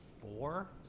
four